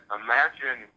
imagine